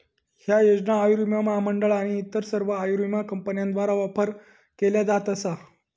ह्या योजना आयुर्विमा महामंडळ आणि इतर सर्व आयुर्विमा कंपन्यांद्वारा ऑफर केल्या जात असा